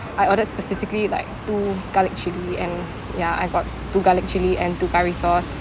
I ordered specifically like two garlic chilli and ya I got two garlic chili and two curry sauce